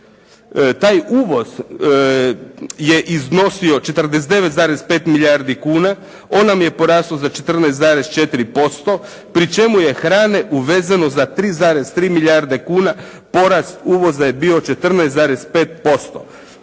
Taj uvoz je iznosio 49,5 milijardi kuna. On nam je porastao za 14,4% pri čemu je hrane uvezeno za 3,3 milijarde kuna. Porast uvoza je bio 14,5%.